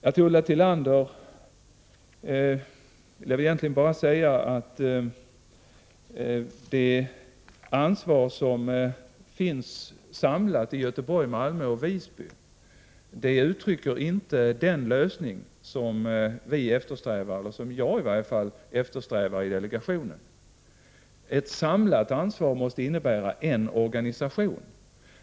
Till Ulla Tillander vill jag bara säga att det ansvar som finns samlat i Göteborg, Malmö och Visby inte är ett uttryck för den lösning som vi i delegationen, eller i varje fall jag, eftersträvar. Ett samlat ansvar måste innebära en organisation.